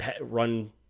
run